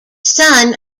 son